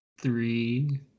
three